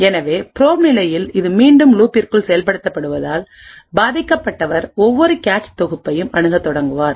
எனவே ப்ரோப் நிலையில்இது மீண்டும் லூப்பிற்குள் செயல்படுத்தப்படுவதால் பாதிக்கப்பட்டவர் ஒவ்வொரு கேச் தொகுப்பையும் அணுகத் தொடங்குவார்